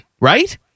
right